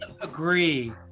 agree